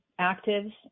actives